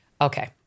Okay